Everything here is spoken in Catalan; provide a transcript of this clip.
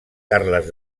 carles